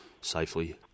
safely